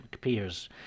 peers